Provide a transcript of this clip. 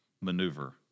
maneuver